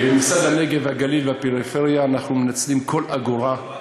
במשרד הנגב והגליל והפריפריה אנחנו מנצלים כל אגורה.